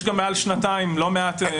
יש גם מעל שנתיים, לא מעט.